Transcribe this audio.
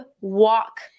walk